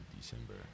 December